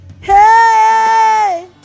Hey